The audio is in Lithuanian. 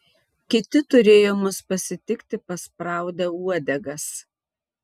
kiti turėjo mus pasitikti paspraudę uodegas